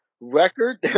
record